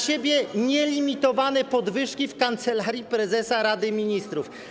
Sobie nielimitowane podwyżki w Kancelarii Prezesa Rady Ministrów.